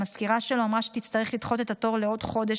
המזכירה שלו אמרה שתצטרך לדחות את התור לעוד חודש